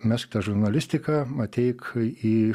mesk tą žurnalistiką ateik į